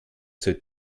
zur